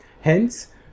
Hence